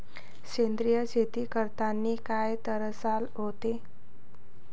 सेंद्रिय शेती करतांनी काय तरास होते?